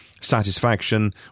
satisfaction